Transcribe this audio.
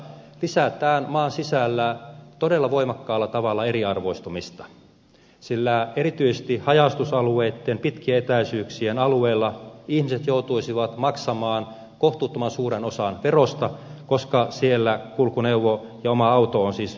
lisätään maan sisällä todella voimakkaalla tavalla eriarvoistumista sillä erityisesti haja asutusalueitten pitkien etäisyyksien alueilla ihmiset joutuisivat maksamaan kohtuuttoman suuren osan verosta koska siellä kulkuneuvo ja oma auto on siis välttämättömyys